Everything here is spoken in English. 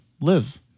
live